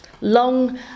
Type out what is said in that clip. long